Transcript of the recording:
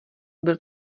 byl